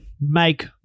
make